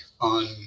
on